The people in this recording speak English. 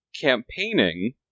campaigning